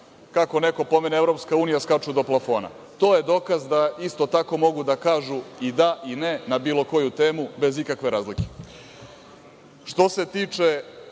kako neko pomene EU, skaču do plafona. To je dokaz da isto tako mogu da kažu i da i ne na bilo koju temu, bez ikakve razlike. Što se tiče